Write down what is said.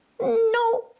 No